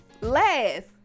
Last